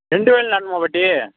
ரெண்டு வயல் நடணுமா பாட்டி